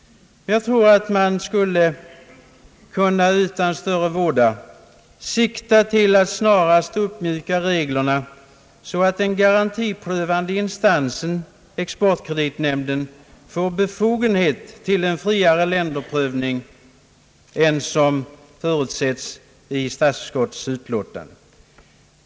Jag tror emellertid att man utan större våda skulle kunna sikta till att snarast uppmjuka reglerna, så att den garantiprövande instansen, exportkreditnämnden, får befogenhet till en friare prövning av länder än som förutsättes i statsutskottets utlåtande.